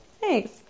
Thanks